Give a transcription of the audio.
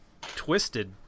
twisted